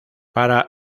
para